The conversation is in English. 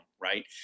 right